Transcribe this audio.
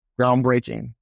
groundbreaking